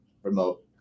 Remote